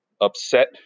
upset